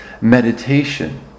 meditation